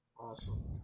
Awesome